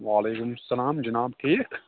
وعلیکُم سَلام جِناب ٹھیٖک